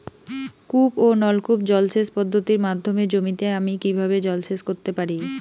কূপ ও নলকূপ জলসেচ পদ্ধতির মাধ্যমে জমিতে আমি কীভাবে জলসেচ করতে পারি?